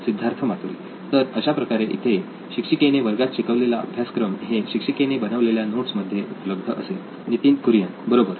सिद्धार्थ मातुरी तर अशाप्रकारे इथे शिक्षिकेने वर्गात शिकवलेला अभ्यासक्रम हा शिक्षिकेने बनवलेल्या नोट्स मध्ये उपलब्ध असेल नितीन कुरियन बरोबर